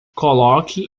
coloque